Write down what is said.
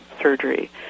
surgery